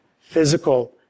physical